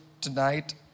tonight